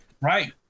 right